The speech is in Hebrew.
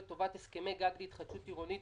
האוצר לטובת הסכמי גג להתחדשות עירונית.